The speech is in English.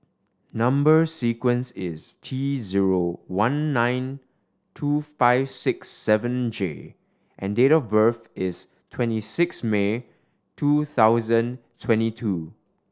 number sequence is T zero one nine two five six seven J and date of birth is twenty six May two thousand twenty two